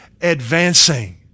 advancing